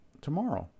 tomorrow